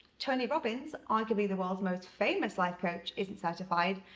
tony robbins, arguably the worlds most famous life coach isn't certified,